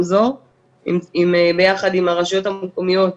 ביחד עם הרשויות המקומיות